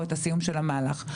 את הסיום של המהלך.